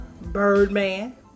Birdman